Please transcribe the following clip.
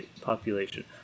population